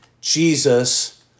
Jesus